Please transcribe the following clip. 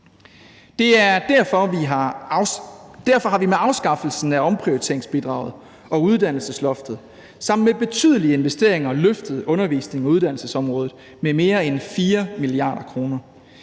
Derfor har vi med afskaffelsen af omprioriteringsbidraget og uddannelsesloftet sammen med betydelige investeringer løftet undervisnings- og uddannelsesområdet med mere end 4 mia. kr.